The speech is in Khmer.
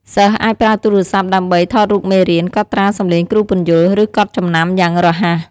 សិស្សអាចប្រើទូរស័ព្ទដើម្បី ថតរូបមេរៀន កត់ត្រាសំឡេងគ្រូពន្យល់ ឬកត់ចំណាំយ៉ាងរហ័ស។